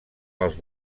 pels